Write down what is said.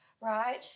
Right